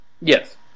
Yes